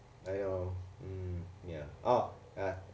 ya lor mm ya orh err